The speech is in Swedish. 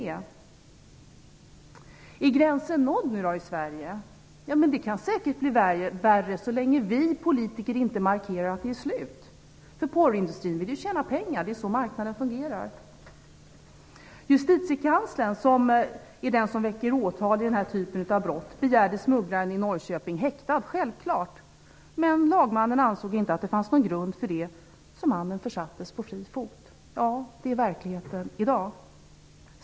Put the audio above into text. Är gränsen nådd i Sverige nu? Det kan säkert bli värre så länge vi politiker inte markerar att det är slut. Porrindustrin vill ju tjäna pengar. Det är så marknaden fungerar. Justitiekanslern, som är den som väcker åtal vid den här typen av brott, begärde självfallet smugglaren i Norrköping häktad. Men lagmannen ansåg inte att det fanns någon grund för detta, så mannen försattes på fri fot. Ja, det är verkligheten i dag.